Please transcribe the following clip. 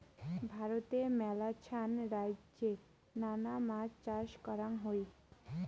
ভারতে মেলাছান রাইজ্যে নানা মাছ চাষ করাঙ হই